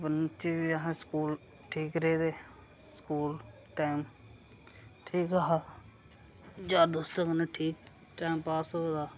बचपन च बी अहें स्कूल ठीक रेह्दे स्कूल टैम ठीक हा यारें दोस्तें कन्नै ठीक टैम पास होए दा